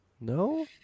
No